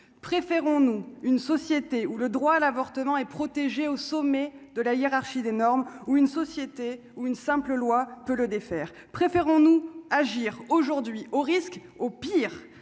préférons-nous une société où le droit à l'avortement et protégé au sommet de la hiérarchie des normes ou une société ou une simple loi peut le défaire, préférons-nous agir aujourd'hui au risque au pire